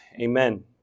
Amen